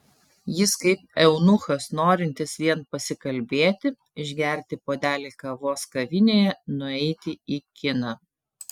jis kaip eunuchas norintis vien pasikalbėti išgerti puodelį kavos kavinėje nueiti į kiną